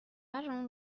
اون